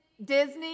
Disney